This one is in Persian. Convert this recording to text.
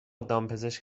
دامپزشک